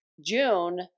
june